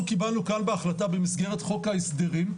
אנחנו קיבלנו כאן בהחלטה במסגרת חוק ההסדרים,